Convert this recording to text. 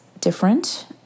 different